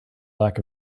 lack